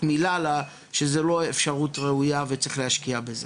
אף אחד לא דיבר בוועדה הזאת מילה שזה לא אפשרות ראויה וצריך להשקיע בזה